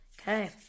Okay